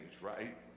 right